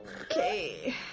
Okay